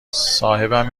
صاحبم